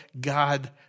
God